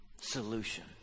solution